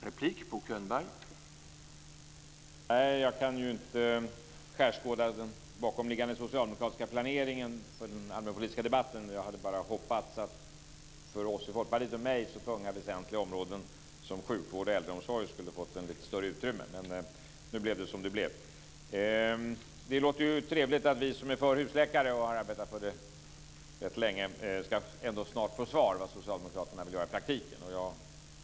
Herr talman! Jag kan inte skärskåda den bakomliggande socialdemokratiska planeringen för den allmänpolitiska debatten. Jag hade bara hoppats att för oss i Folkpartiet och mig så tunga väsentliga områden som sjukvård och äldreomsorg skulle fått ett lite större utrymme. Men nu blev det som det blev. Det låter trevligt att vi som är för husläkare och har arbetat för det rätt länge ändå snart ska få svar på frågan om vad socialdemokraterna vill göra i praktiken.